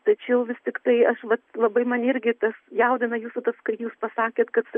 tačiau vis tiktai aš vat labai mane irgi tas jaudina jūsų tas kai jūs pasakėt kad